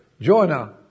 Jonah